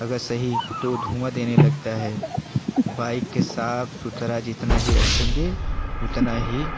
अगर सही तो धुआँ देने लगता है बाइक के साफ़ सुथरा जितना ही रखेंगे उतना ही